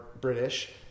British